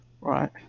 right